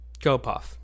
GoPuff